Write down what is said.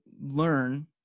learn